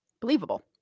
believable